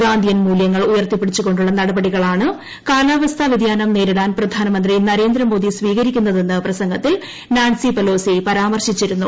ഗാന്ധിയൻ മൂല്യങ്ങൾ ഉയർത്തിപ്പിടിച്ചുകൊണ്ടുള്ള നടപടികളാണ് കാലാവസ്ഥാ വ്യതിയാനം നേരിടാൻ പ്രധാനമന്ത്രി നരേന്ദ്രമോദി സ്വീകരിക്കുന്നതെന്ന് പ്രസംഗത്തിൽ നാൻസി പെലോസി പരാമർശിച്ചിരുന്നു